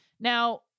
Now